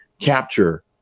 capture